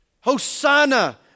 Hosanna